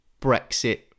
Brexit